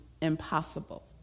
impossible